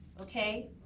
okay